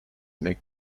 make